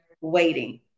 waiting